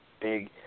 big